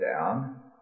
down